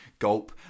gulp